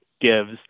gives